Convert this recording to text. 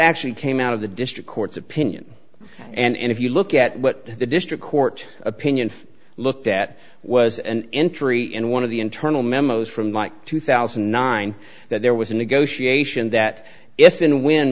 actually came out of the district court's opinion and if you look at what the district court opinion looked at was an entry in one of the internal memos from like two thousand and nine that there was a negotiation that if in when